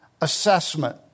assessment